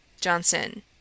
Johnson